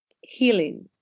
healing